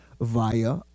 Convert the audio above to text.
via